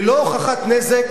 ללא הוכחת נזק,